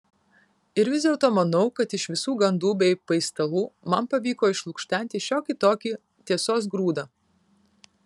ir vis dėlto manau kad iš visų gandų bei paistalų man pavyko išlukštenti šiokį tokį tiesos grūdą